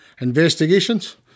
Investigations